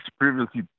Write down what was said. previously